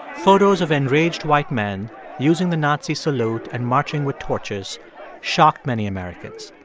photos of enraged white men using the nazi salute and marching with torches shocked many americans.